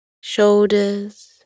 shoulders